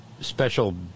Special